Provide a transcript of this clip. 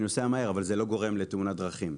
אני נוסע מהר אבל זה לא גורם לתאונת דרכים,